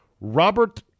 Robert